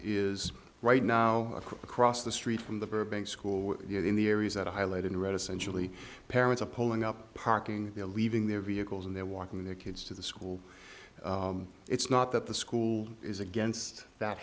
is right now across the street from the burbank school in the areas that are highlighted in red essentially parents are pulling up parking there leaving their vehicles and they're walking their kids to the school it's not that the school is against that